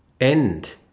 End